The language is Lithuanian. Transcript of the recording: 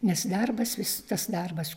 nes darbas vis tas darbas